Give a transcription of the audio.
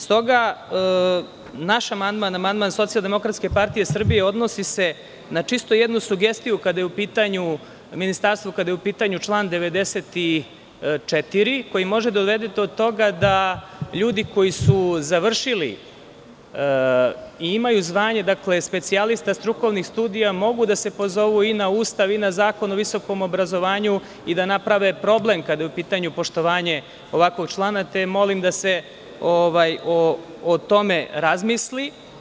Stoga, naš amandman, amandman SDPS odnosi se na čisto jednu sugestiju, kada je u pitanju ministarstvo, kada je u pitanju član 94. koji može da dovede do toga da ljudi koji su završili i imaju zvanje specijalista strukovnih studija, mogu da se pozovu i na Ustav i na Zakon o visokom obrazovanju i da naprave problem kada je u pitanju poštovanje ovakvog člana, te molim da se o tome razmisli.